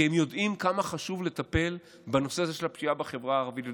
כי הם יודעים כמה חשוב לטפל בנושא הזה של הפשיעה בחברה הערבית.